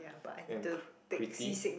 and cr~ Crete